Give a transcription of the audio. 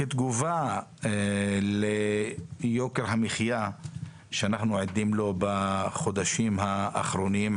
כתגובה ליוקר המחיה שאנחנו עדים לו בחודשים האחרונים,